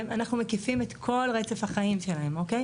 אנחנו מקיפים את כל רצף החיים שלהן, אוקיי?